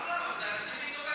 אברהם, זה אנשים מתוך הקהילה.